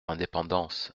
indépendance